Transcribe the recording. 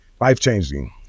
life-changing